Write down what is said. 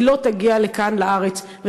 היא לא תגיע לכאן לארץ.